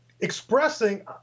expressing